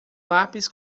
lápis